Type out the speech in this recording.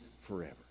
forever